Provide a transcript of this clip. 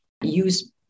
use